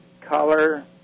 color